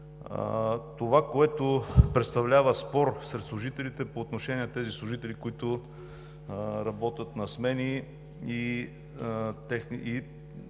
Това, което представлява спор сред служителите, е по отношение на тези служители, които работят на смени, и техният